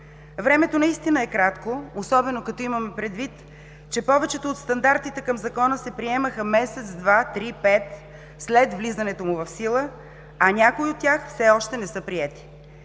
Времето наистина е кратко, особено като имам предвид, че повечето от стандартите към Закона се приемаха месец, два, три, пет след влизането му в сила, а някои от тях все още не са приети.